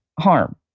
harm